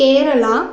Kerala